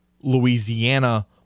Louisiana